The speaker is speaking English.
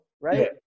right